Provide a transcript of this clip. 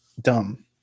dumb